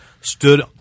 stood